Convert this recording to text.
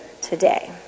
today